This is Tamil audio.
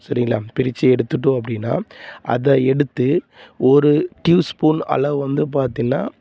சரிங்களா பிரித்து எடுத்துட்டோம் அப்படின்னா அதை எடுத்து ஒரு டியூ ஸ்பூன் அளவு வந்து பார்த்தின்னா